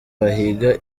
bahiga